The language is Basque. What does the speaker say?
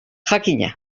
jakina